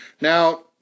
Now